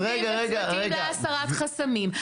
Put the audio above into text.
אנחנו לא יושבים בצוותים להסרת חסמים,